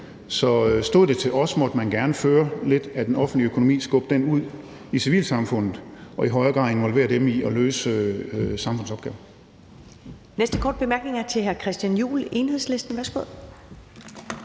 Så stod det til os, måtte man gerne skubbe lidt af den offentlige økonomi ud i civilsamfundet og i højere grad involvere det i at løse samfundsopgaver.